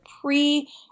pre